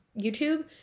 youtube